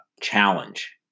challenge